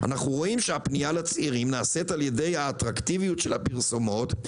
אנחנו רואים שהפנייה לצעירים נעשית על ידי האטרקטיביות של הפרסומות,